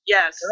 Yes